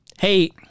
Hey